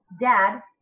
dad